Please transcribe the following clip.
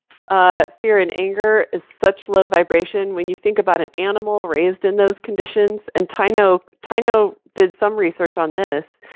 ah fear and anger, is such low vibration, when you think about an animal raised in those conditions. and tainio you know did some research on this,